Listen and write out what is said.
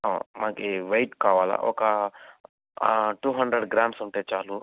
మనకి వైట్ కావాలి ఒక టూ హండ్రెడ్ గ్రామ్స్ ఉంటే చాలు